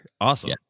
Awesome